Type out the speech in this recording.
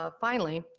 ah finally,